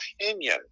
opinion